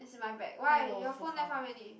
is in my bag why your phone left how many